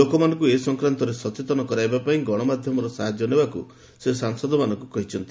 ଲୋକମାନଙ୍କୁ ଏ ସଂକ୍ରାନ୍ତରେ ସଚେତନ କରାଇବା ପାଇଁ ଗଣମାଧ୍ୟମର ସାହାଯ୍ୟ ନେବାକୁ ମଧ୍ୟ ସେ ସାଂସଦମାନଙ୍କୁ କହିଛନ୍ତି